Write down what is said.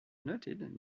noted